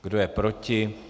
Kdo je proti?